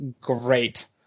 great